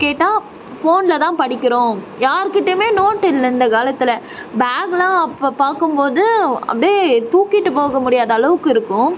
கேட்டால் ஃபோனில் தான் படிக்கிறோம் யாருக்கிட்டையுமே நோட் இல்லை இந்த காலத்தில் பேக் எல்லாம் அப்போ பார்க்கும் போது அப்படியே தூக்கிகிட்டு போக முடியாது அந்த அளவுக்கு இருக்கும்